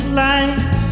light